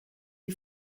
die